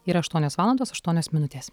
yra aštuonios valandos aštuonios minutės